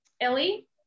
Ellie